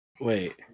Wait